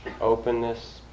openness